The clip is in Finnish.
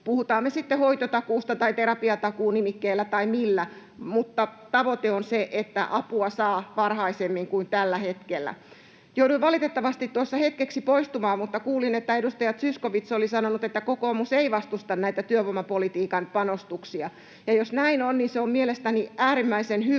puhutaan me sitten hoitotakuun tai terapiatakuun nimikkeellä tai millä, mutta tavoite on se, että apua saa varhaisemmin kuin tällä hetkellä. Jouduin valitettavasti tuossa hetkeksi poistumaan, mutta kuulin, että edustaja Zyskowicz oli sanonut, että kokoomus ei vastusta näitä työvoimapolitiikan panostuksia. Jos näin on, niin se on mielestäni äärimmäisen hyvä